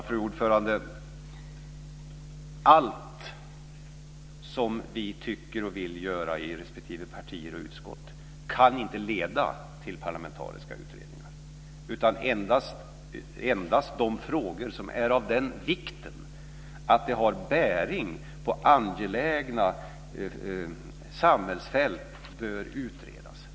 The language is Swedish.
Fru talman! Allt som vi tycker och vill göra i respektive partier och utskott kan inte leda till parlamentariska utredningar. Endast de frågor som är av den vikten att de har bäring på angelägna samhällsfält bör utredas.